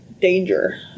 danger